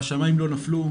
והשמיים לא נפלו,